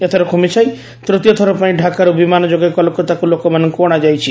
ଏଥରକ୍ ମିଶାଇ ତୃତୀୟଥର ପାଇଁ ଡ଼ାକାର୍ ବିମାନଯୋଗେ କୋଲକାତାକୁ ଲୋକମାନଙ୍କୁ ଅଣାଯାଇଛି